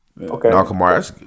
Okay